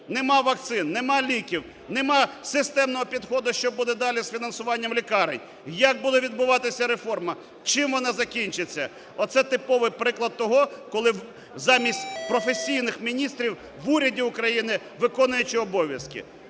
немає вакцин, немає ліків, немає системного підходу, що буде далі з фінансуванням лікарень. Як буде відбуватися реформа? Чи вона закінчиться? Оце типовий приклад того, коли замість професійних міністрів в уряді України виконуючий обов'язки.